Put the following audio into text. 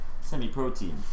semi-protein